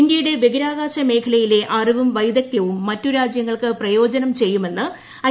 ഇന്ത്യയുടെ ബഹിരാകാശ മേഖലയില്ലു അറിവും വൈദഗ്ദ്ധ്യവും മറ്റു രാജ്യങ്ങൾക്ക് പ്രയോജനം ചെയ്യുമെന്ന് ഐ